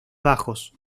bajos